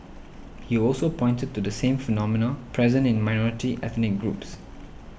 he also pointed to the same phenomena present in minority ethnic groups